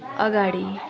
अगाडि